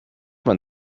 man